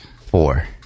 Four